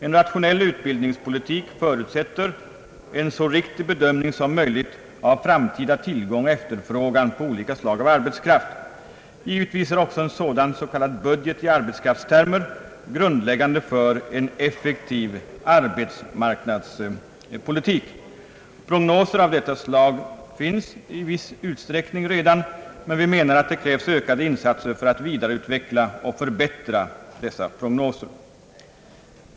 En rationell utbildningspolitik förutsätter en så riktig bedömning som möjligt av framtida tillgång och efterfrågan på olika slag av arbetskraft. Givetvis är också en sådan s.k. budget i arbetskraftstermer grundläggande för en effektiv arbetsmarknadspolitik. Prognoser av detta slag finns redan i viss utsträckning, men vi menar att det krävs ökade insatser för att vidareutveckla och förbättra prognoserna.